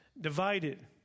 divided